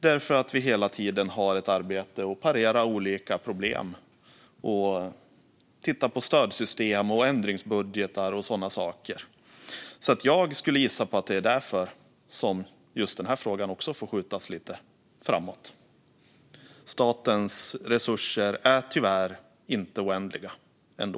Vi har hela tiden ett arbete med att parera olika problem och titta på stödsystem, ändringsbudgetar och sådana saker. Jag skulle gissa att det är därför som just denna fråga också får skjutas lite framåt. Statens resurser är tyvärr inte oändliga, ändå.